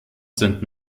sind